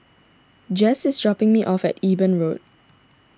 Jess is dropping me off at Eben Road